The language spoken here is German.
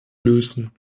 lösen